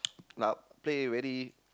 uh play very